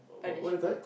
punishment